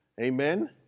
Amen